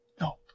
No